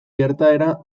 gertaera